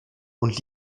und